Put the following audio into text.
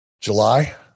July